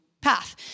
path